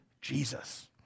Jesus